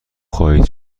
خواهید